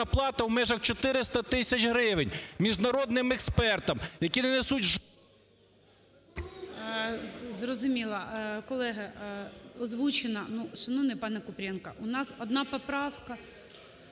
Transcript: Зрозуміло. Колеги, озвучено. Ну, шановний пане Купрієнко, у нас одна поправка…